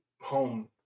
home